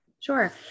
Sure